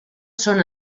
són